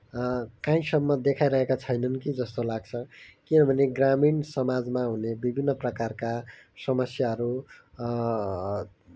कहीँसम्म देखाइरहेका छैनन् कि जस्तो लाग्छ किनभने ग्रामीण समाजमा हुने विभिन्न प्रकारका समस्याहरू